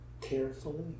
carefully